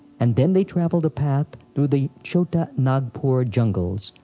and then they traveled a path through the chota-nagpur jungles,